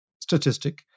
statistic